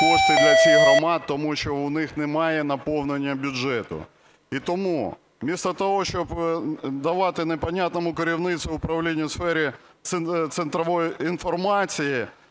кошти для цих громад, тому що в них немає наповнення бюджету. І тому замість того, щоб давати незрозумілому керівництву управління у сфері центрової інформації,